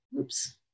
Oops